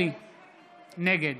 נגד